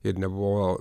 ir nebuvo